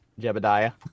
Jebediah